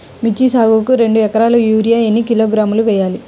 మిర్చి సాగుకు రెండు ఏకరాలకు యూరియా ఏన్ని కిలోగ్రాములు వేయాలి?